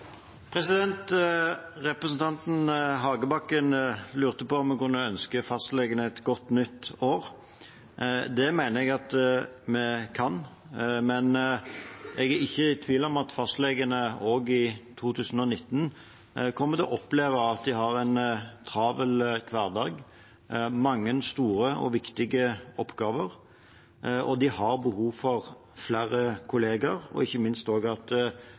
jeg at vi kan, men jeg er ikke i tvil om at fastlegene også i 2019 kommer til å oppleve at de har en travel hverdag og mange store og viktige oppgaver, og at de har behov for flere kolleger og ikke minst at flere av de kollegene som er fastleger, også forblir fastleger. Det er bakgrunnen for at